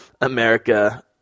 America